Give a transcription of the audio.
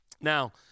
Now